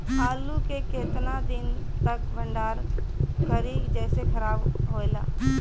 आलू के केतना दिन तक भंडारण करी जेसे खराब होएला?